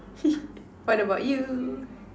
what about you